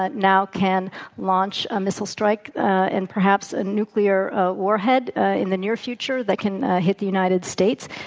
but now can launch a missile strike, and perhaps a nuclear warhead in the near future that can hit the united states.